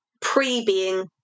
pre-being